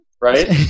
right